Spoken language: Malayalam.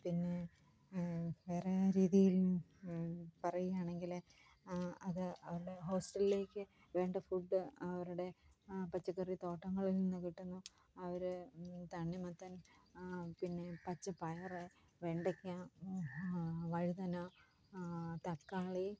പിന്നെ വേറെ രീതിയില് പറയുകയാണെങ്കിൽ അത് അവരുടെ ഹോസ്റ്റലിലേക്ക് വേണ്ട ഫുഡ് അവരുടെ പച്ചക്കറി തോട്ടങ്ങളില്നിന്ന് കിട്ടുന്ന അവർ തണ്ണിമത്തന് പിന്നെ പച്ചപ്പയർ വെണ്ടയ്ക്ക വഴുതന തക്കാളി